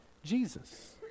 Jesus